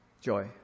joy